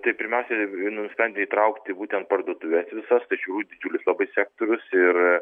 tai pirmiausia nusprendė įtraukti būtent parduotuves visas tai čia didžiulis labai sektorius ir